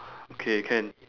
okay can